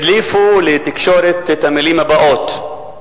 הדליפו לתקשורת את המלים הבאות,